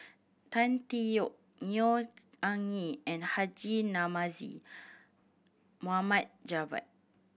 Tan Tee Yoke Neo Anngee and Haji Namazie Mohammed Javad